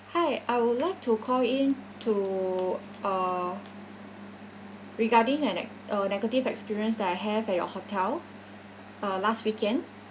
hi I would like to call in to uh regarding an ec~ uh negative experience that I have at your hotel uh last weekend